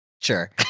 Sure